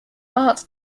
art